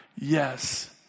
yes